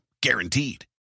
guaranteed